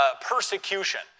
persecution